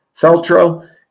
Feltro